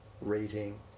rating